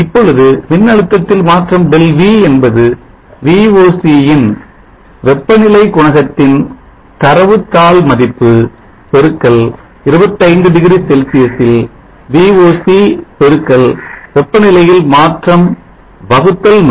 இப்பொழுது மின்னழுத்தத்தில் மாற்றம் Δv என்பது VOC ன் வெப்பநிலை குணகத்தின் தரவு தாள் மதிப்பு x 25 டிகிரி செல்சியஸில் VOC x வெப்பநிலையில் மாற்றம் வகுத்தல் 100